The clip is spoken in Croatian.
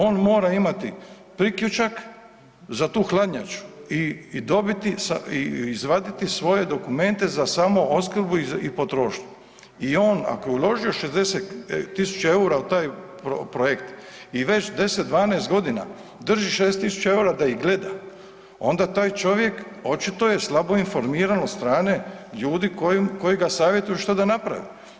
On mora imati priključak za tu hladnjaču i izvaditi svoje dokumente za samoopskrbu i potrošnju i on ako je uložio 60.000 eura u taj projekt i već 10, 12 godina drži 60.000 eura da ih gleda onda taj čovjek očito je slabo informiran od strane ljudi koji ga savjetuju šta da napravi.